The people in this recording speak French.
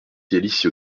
rivière